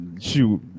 Shoot